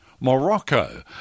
Morocco